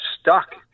stuck